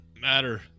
matter